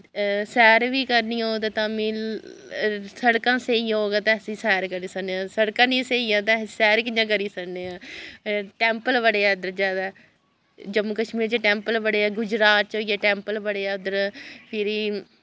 सैर बी करनी होग ते तां बी सड़कां स्हेई होग ते अस सैर करी सकने आं सड़कां निं स्हेई ऐ ते अस सैर कि'यां करी सकने आं टैंपल बड़े ऐ इद्धर जैदा जम्मू कश्मीर च टैंपल बड़े ऐ गुजरात च होई आ उद्धर टैंपल बड़े ऐ उद्धर फिरी